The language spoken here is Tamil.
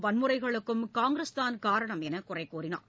வன்முறைகளுக்கும் காங்கிரஸ்தான் காரணம் என்று குறை கூறினார்